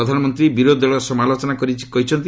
ପ୍ରଧାନମନ୍ତ୍ରୀ ବିରୋଧୀଦଳର ସମାଲୋଚନା କରିଛନ୍ତି